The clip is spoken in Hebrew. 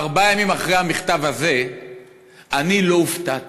ארבעה ימים אחרי המכתב הזה אני לא הופתעתי.